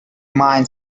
mind